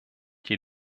die